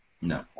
No